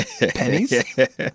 pennies